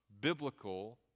biblical